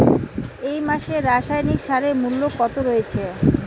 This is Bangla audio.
এই মাসে রাসায়নিক সারের মূল্য কত রয়েছে?